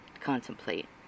contemplate